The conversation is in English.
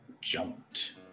jumped